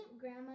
Grandma